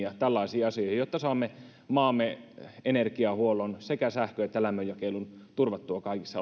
ja tällaisiin asioihin jotta saamme maamme energiahuollon sekä sähkön että lämmönjakelun turvattua kaikissa